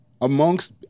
amongst